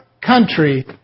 country